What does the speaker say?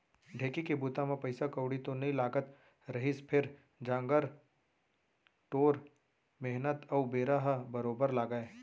ढेंकी के बूता म पइसा कउड़ी तो नइ लागत रहिस फेर जांगर टोर मेहनत अउ बेरा ह बरोबर लागय